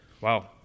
Wow